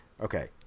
Okay